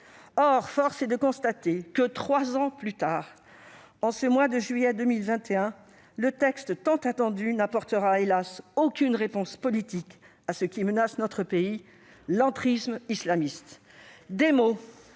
Or force est de constater que trois ans plus tard, en ce mois de juillet 2021, le texte tant attendu n'apportera- hélas ! -aucune réponse politique à ce qui menace notre pays : l'entrisme islamiste.